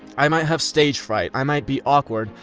i might have stage-fright, i might be awkward,